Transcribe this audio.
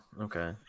okay